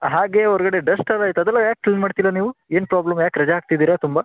ಹಾಗೆ ಹೊರ್ಗಡೆ ಡಸ್ಟ್ ಎಲ್ಲ ಐತೆ ಅದೆಲ್ಲ ಯಾಕೆ ಕ್ಲೀನ್ ಮಾಡ್ತಿಲ್ಲ ನೀವು ಏನು ಪ್ರಾಬ್ಲಮ್ ಯಾಕೆ ರಜ ಹಾಕ್ತಿದ್ದೀರ ತುಂಬ